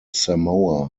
samoa